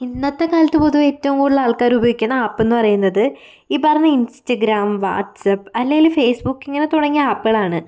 ഇന്നത്തെ കാലത്ത് പൊതുവേ ഏറ്റവും കൂടുതൽ ആൾക്കാർ ഉപയോഗിക്കുന്ന ആപ്പ് എന്ന് പറയുന്നത് ഈ പറഞ്ഞ ഇൻസ്റ്റാഗ്രാം വാട്ട്സ്ആപ്പ് അല്ലെങ്കിൽ ഫേസ്ബുക്ക് ഇങ്ങനെ തുടങ്ങിയ ആപ്പുകളാണ്